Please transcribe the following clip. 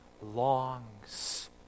longs